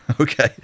Okay